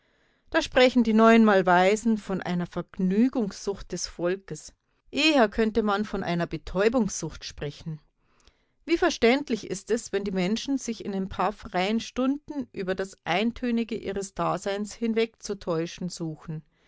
da sprechen die neunmalweisen von einer vergnügungs sucht des volkes eher könnte man von einer betäubungssucht sprechen wie verständlich ist es wenn die menschen sich in den paar freien stunden über das eintönige ihres daseins hinwegzutäuschen suchen